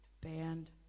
Band